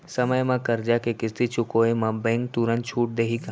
समय म करजा के किस्ती चुकोय म बैंक तुरंत छूट देहि का?